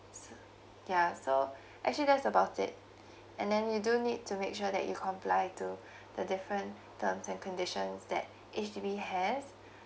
so yeah so actually that's about it and then you do need to make sure that you comply to the different terms and conditions that H_D_B has